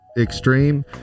extreme